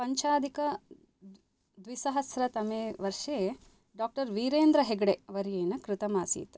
पञ्चाधिकद्विसहस्रतमे वर्षे डाक्टर् वीरेन्द्र हेग्गडे वर्येण कृतमासीत्